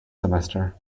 semester